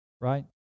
Right